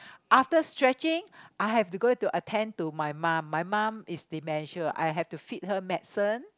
after stretching I have to go to attend to my mum my mum is dementia I have to feed her medicine